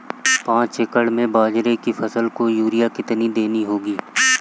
पांच एकड़ में बाजरे की फसल को यूरिया कितनी देनी होगी?